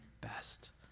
best